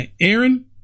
Aaron